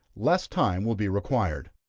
less time will be required.